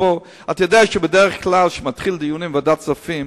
אתה יודע שבדרך כלל כשמתחילים דיונים בוועדת הכספים,